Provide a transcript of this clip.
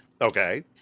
Okay